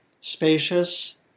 spacious